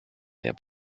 about